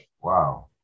Wow